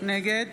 נגד